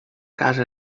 casa